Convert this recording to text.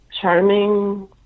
charming